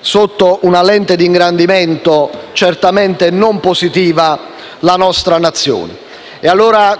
sotto una lente di ingrandimento, certamente non positiva, la nostra Nazione.